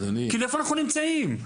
איפה אנחנו נמצאים?